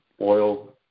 oil